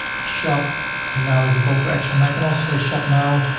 shop now is a call to action. i can also say shop now,